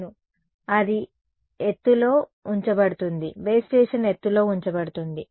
అవును ఇది ఎత్తులో ఉంచబడుతుంది బేస్ స్టేషన్ ఎత్తులో ఉంచబడుతుంది